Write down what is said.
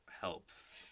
helps